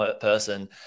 person